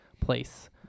place